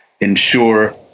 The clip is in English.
ensure